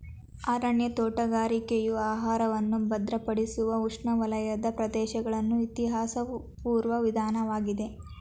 ಅರಣ್ಯ ತೋಟಗಾರಿಕೆಯು ಆಹಾರವನ್ನು ಭದ್ರಪಡಿಸುವ ಉಷ್ಣವಲಯದ ಪ್ರದೇಶಗಳ ಇತಿಹಾಸಪೂರ್ವ ವಿಧಾನವಾಗಿದೆ